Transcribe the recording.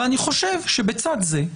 ואני חושב שבצד זה,